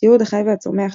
תיעוד החי והצומח,